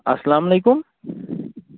اسلامُ علیکُم